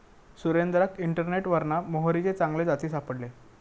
सुरेंद्राक इंटरनेटवरना मोहरीचे चांगले जाती सापडले